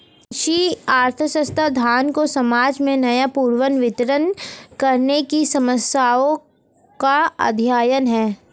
कृषि अर्थशास्त्र, धन को समाज में न्यायपूर्ण वितरण करने की समस्याओं का अध्ययन है